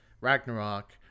Ragnarok